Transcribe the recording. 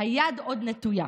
היד עוד נטויה.